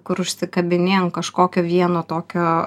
kur užsikabini ant kažkokio vieno tokio